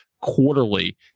quarterly